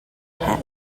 head